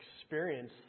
experience